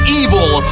evil